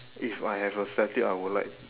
if I have a statue I would like